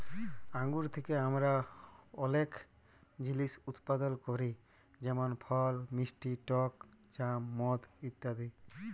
আঙ্গুর থ্যাকে আমরা অলেক জিলিস উৎপাদল ক্যরি যেমল ফল, মিষ্টি টক জ্যাম, মদ ইত্যাদি